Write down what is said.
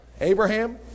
Abraham